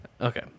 Okay